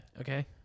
Okay